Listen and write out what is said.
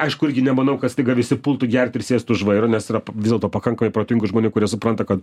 aišku irgi nemanau kad staiga visi pultų gert ir sėst už vairo nes yra vis dėlto pakankamai protingų žmonių kurie supranta kad